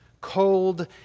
cold